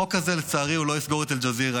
החוק הזה, לצערי, לא יסגור את אל-ג'זירה.